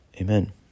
Amen